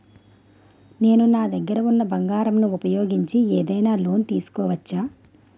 నేను నా దగ్గర ఉన్న బంగారం ను ఉపయోగించి ఏదైనా లోన్ తీసుకోవచ్చా?